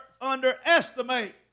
underestimate